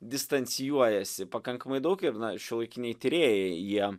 distancijuojasi pakankamai daug ir šiuolaikiniai tyrėjai jie